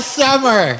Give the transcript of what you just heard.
summer